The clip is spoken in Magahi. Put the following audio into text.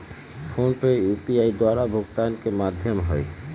फोनपे यू.पी.आई द्वारा भुगतान के माध्यम हइ